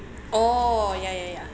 oh ya ya ya